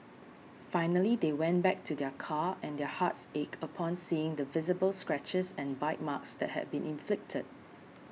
finally they went back to their car and their hearts ached upon seeing the visible scratches and bite marks that had been inflicted